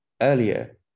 earlier